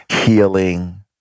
healing